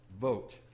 vote